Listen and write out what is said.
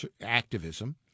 activism